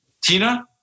Tina